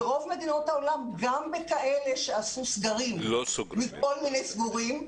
גם בכאלה שעשו סגרים מכל מיני סוגים,